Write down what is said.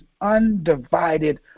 undivided